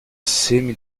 semi